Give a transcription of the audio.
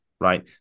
right